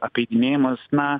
apeidinėjamas na